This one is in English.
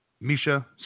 Misha